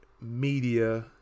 media